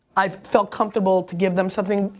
i've felt comfortable to give them something.